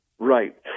Right